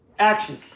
Action